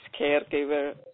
caregiver